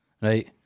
Right